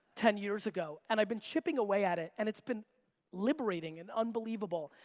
ten years ago. and i've been chipping away at it, and it's been liberating and unbelievable.